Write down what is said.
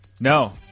no